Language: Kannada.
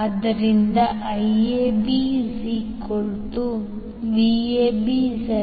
ಆದ್ದರಿಂದ IABVABZ∆330∠0°25∠ 36